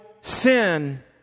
sin